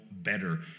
Better